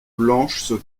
blanche